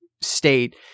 state